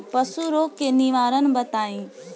पशु रोग के निवारण बताई?